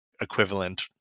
equivalent